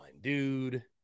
dude